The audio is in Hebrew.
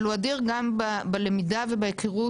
אבל הוא אדיר גם בלמידה ובהיכרות.